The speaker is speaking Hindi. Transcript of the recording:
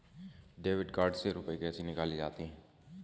डेबिट कार्ड से रुपये कैसे निकाले जाते हैं?